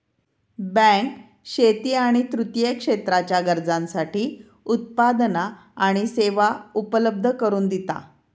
bank शेती आणि तृतीय क्षेत्राच्या गरजांसाठी उत्पादना आणि सेवा उपलब्ध करून दिता